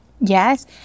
Yes